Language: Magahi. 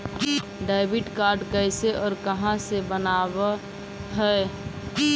डेबिट कार्ड कैसे और कहां से बनाबे है?